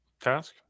Task